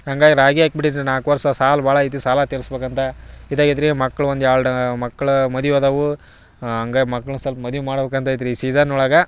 ಹಂಗಾಗಿ ರಾಗಿ ಹಾಕ್ಬಿಟ್ಟಿದ್ವಿ ನಾಲ್ಕು ವರ್ಷ ಸಾಲ ಭಾಳ ಐತಿ ಸಾಲ ತೀರಿಸ್ಬೇಕಂತ ಇದಾಗೈತಿ ರೀ ಮಕ್ಳು ಒಂದು ಎರಡು ಮಕ್ಳು ಮದುವೆ ಆದವು ಹಂಗಾಗಿ ಮಕ್ಳನ್ನ ಸ್ವಲ್ಪ ಮದುವೆ ಮಾಡ್ಬೇಕು ಅಂತೈತಿ ರೀ ಈ ಸೀಸನ್ ಒಳಗೆ